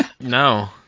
No